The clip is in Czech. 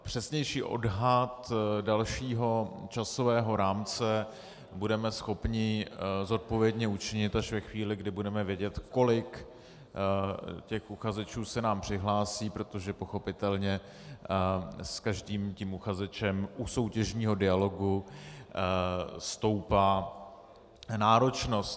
Přesnější odhad dalšího časového rámce budeme schopni zodpovědně učinit až ve chvíli, kdy budeme vědět, kolik uchazečů se nám přihlásí, protože pochopitelně s každým uchazečem u soutěžního dialogu stoupá náročnost.